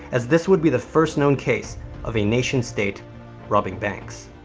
as this would be the first known case of a nation state robbing banks.